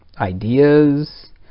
ideas